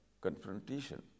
confrontation